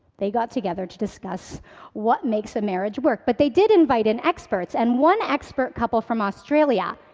they got together to discuss what makes a marriage work, but they did invite in experts. and one expert couple from australia,